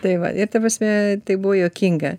tai va ir ta prasme tai buvo juokinga